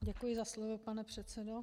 Děkuji za slovo, pane předsedo.